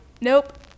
nope